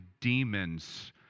demons